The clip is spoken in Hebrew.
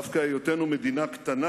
דווקא היותנו מדינה קטנה